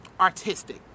Artistic